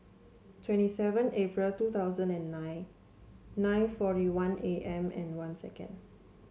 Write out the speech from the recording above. twenty seven April two thousand and nine nine forty one A M one second